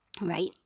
right